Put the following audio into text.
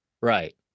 Right